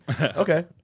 Okay